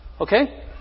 Okay